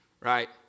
right